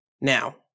Now